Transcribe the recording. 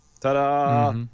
Ta-da